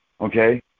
okay